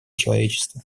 человечества